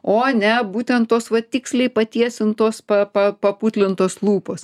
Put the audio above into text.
o ne būtent tos va tiksliai patiesintos pa pa paputlintos lūpos